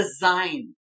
design